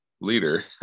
leader